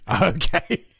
Okay